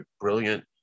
brilliant